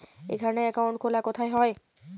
এখানে অ্যাকাউন্ট খোলা কোথায় হয়?